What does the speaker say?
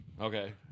Okay